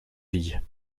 filles